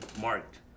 marked